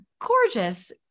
gorgeous